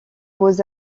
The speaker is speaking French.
beaux